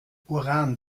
uran